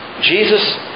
Jesus